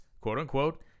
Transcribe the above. quote-unquote